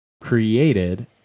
created